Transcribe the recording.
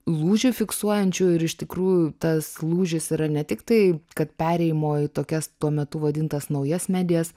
lūžį fiksuojančių ir iš tikrųjų tas lūžis yra ne tik tai kad perėjimo į tokias tuo metu vadintas naujas medijas